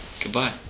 Goodbye